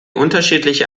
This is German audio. unterschiedliche